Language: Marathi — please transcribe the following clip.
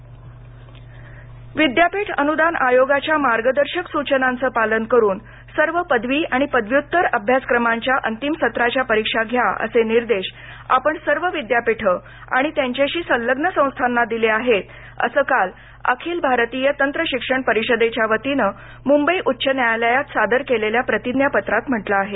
तत्रशिक्षण विद्यापीठ अनुदान आयोगाच्या मार्गदर्शक सूचनांचं पालन करून सर्व पदवी आणि पदव्युत्तर अभ्यासक्रमांच्या अंतिम सत्राच्या परिक्षा घ्या असे निर्देश आपण सर्व विद्यापीठं आणि त्यांच्याशी संलग्न संस्थांना दिले आहेत असं काल अखिल भारतीय तंत्र शिक्षण परिषदेच्यावतीनं मुंबई उच्च न्यायालयात सादर केलेल्या प्रतिज्ञापत्रात म्हटलं आहे